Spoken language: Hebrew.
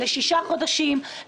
לשישה חודשים,